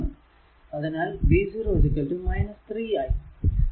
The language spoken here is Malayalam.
അതിനാൽ v0 3 i